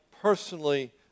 personally